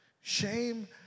Shame